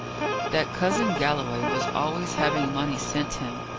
that cousin galloway was always having money sent him,